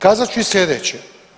Kazat ću i sljedeće.